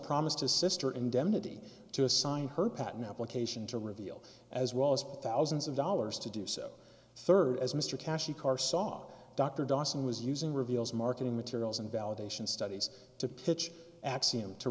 promised his sister indemnity to assign her patent application to reveal as well as thousands of dollars to do so third as mr cash car saw dr dawson was using reveals marketing materials and validation studies to pitch axiom to